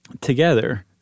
together